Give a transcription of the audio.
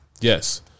Yes